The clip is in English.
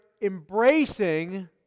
embracing